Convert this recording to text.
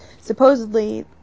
supposedly